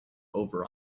over